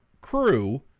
crew